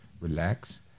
relax